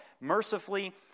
mercifully